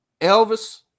Elvis